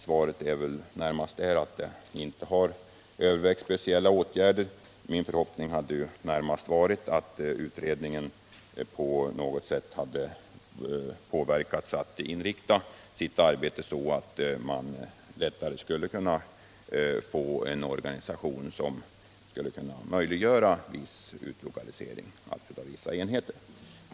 Svaret är väl att inga speciella åtgärder har övervägts. Min förhoppning hade närmast varit att utredningen på något sätt hade påverkats att inrikta sitt arbete så att man lättare skulle kunna få en organisation som möjliggör utlokalisering av vissa enheter.